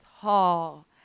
tall